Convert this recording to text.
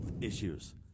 issues